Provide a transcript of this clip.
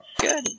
good